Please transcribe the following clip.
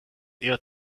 eher